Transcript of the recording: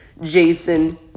Jason